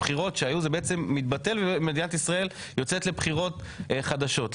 הבחירות שהיו זה בעצם מתבטל ומדינת ישראל יוצאת לבחירות חדשות.